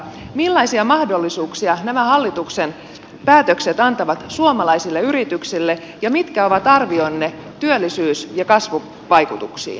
millaisia mahdollisuuksia nämä hallituksen päätökset antavat suomalaisille yrityksille ja mitkä ovat arvionne työllisyys ja kasvuvaikutuksista